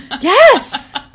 Yes